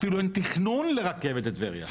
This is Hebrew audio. אפילו אין תכנון סטטוטורי של רכבת לטבריה.